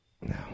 no